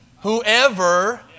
Whoever